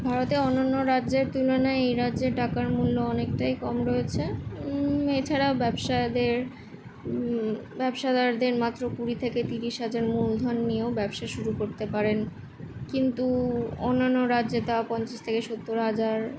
ভারতের অন্যান্য রাজ্যের তুলনায় এই রাজ্যে টাকার মূল্য অনেকটাই কম রয়েছে এছাড়া ব্যবসাদারদের ব্যবসাদারদের মাত্র কুড়ি থেকে তিরিশ হাজার মূলধন নিয়েও ব্যবসা শুরু করতে পারেন কিন্তু অন্যান্য রাজ্যে তা পঞ্চাশ থেকে সত্তর হাজার